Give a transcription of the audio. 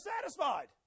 satisfied